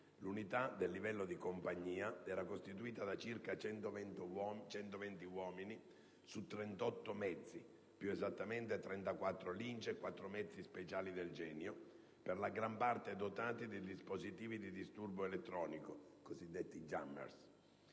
L'unità, del livello di compagnia, era costituita da circa 120 uomini su 38 mezzi (34 VTLM Lince e 4 mezzi speciali del genio), per la gran parte dotati di dispositivi di disturbo elettronico (i cosiddetti *jammers*),